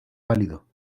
pálido